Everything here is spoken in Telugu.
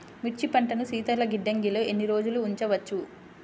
మిర్చి పంటను శీతల గిడ్డంగిలో ఎన్ని రోజులు ఉంచవచ్చు?